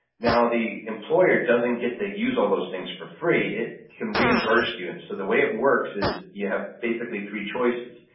now the employer doesn't get to use all those things for free. he can reimburse you and so the way it works is you have basically three choices.